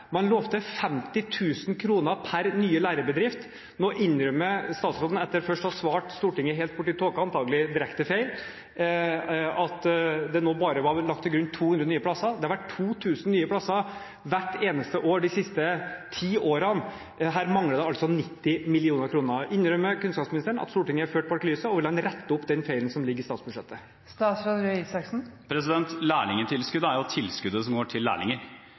man lovte 50 000 kr per nye lærebedrift. Nå innrømmer statsråden – etter først å ha svart Stortinget helt borti tåka, og antakelig direkte feil – at det nå bare var lagt til grunn 200 nye plasser. Det har vært 2 000 nye plasser hvert eneste år de siste ti årene. Her mangler det altså 90 mill. kr. Innrømmer kunnskapsministeren at Stortinget er ført bak lyset, og vil han rette opp den feilen som ligger i statsbudsjettet? Lærlingtilskuddet er jo tilskuddet som går til lærlinger.